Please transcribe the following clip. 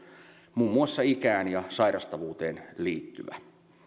muun muassa ikään ja sairastavuuteen liittyvä